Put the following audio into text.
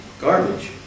garbage